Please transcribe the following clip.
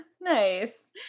Nice